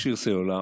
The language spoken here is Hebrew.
מכשיר סלולרי,